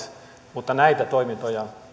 mutta näitä toimintoja